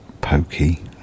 pokey